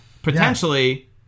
potentially